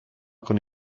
con